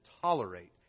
tolerate